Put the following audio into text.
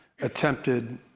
attempted